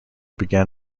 began